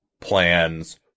plans